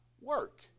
work